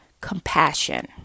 compassion